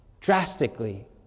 drastically